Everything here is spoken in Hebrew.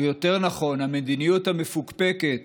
או יותר נכון המדיניות המפוקפקת